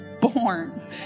born